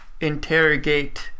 interrogate